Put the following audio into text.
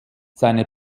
seine